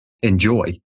enjoy